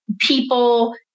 people